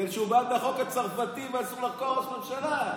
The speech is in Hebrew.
שהוא בעד החוק הצרפתי ואסור לחקור ראש ממשלה.